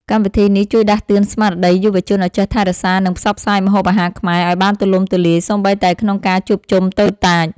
កម្មវិធីនេះជួយដាស់តឿនស្មារតីយុវជនឱ្យចេះថែរក្សា និងផ្សព្វផ្សាយម្ហូបអាហារខ្មែរឱ្យបានទូលំទូលាយសូម្បីតែក្នុងការជួបជុំតូចតាច។